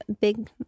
big